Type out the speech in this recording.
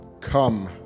come